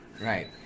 right